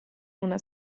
una